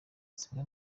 zimwe